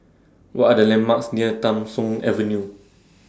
What Are The landmarks near Tham Soong Avenue